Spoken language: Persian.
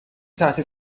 تحت